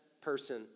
person